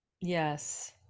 Yes